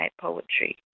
poetry